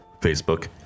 Facebook